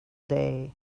day